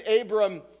Abram